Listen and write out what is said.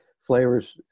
flavors